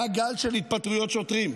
היה גל של התפטרויות שוטרים,